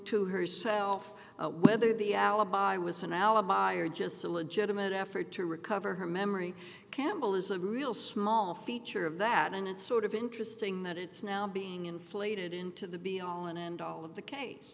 to herself whether the alibi was an alibi or just a legitimate effort to recover her memory campbell is a real small feature of that and it's sort of interesting that it's now being inflated into the be all and end all of the case